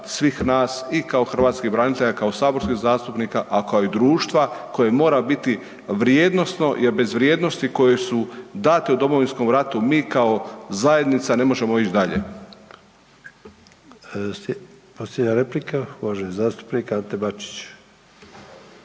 svih nas i kao hrvatskih branitelja kao saborskih zastupnika, a kao i društva koje mora biti vrijednosno jer bez vrijednosti koje su date u Domovinskom ratu mi kao zajednica ne možemo ići dalje.